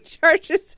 charges